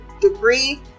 degree